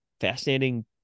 fascinating